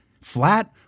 flat